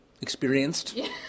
experienced